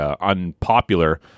unpopular